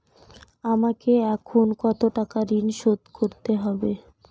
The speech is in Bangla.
আমাকে এখনো কত টাকা ঋণ শোধ করতে হবে?